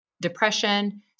depression